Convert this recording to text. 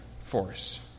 force